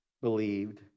believed